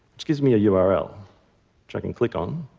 which gives me a yeah url which i can click on.